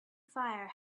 fire